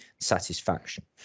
satisfaction